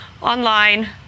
online